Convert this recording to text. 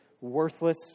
worthless